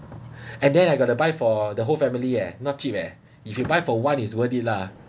and then I got to buy for the whole family eh not cheap eh if you buy for one is worth it lah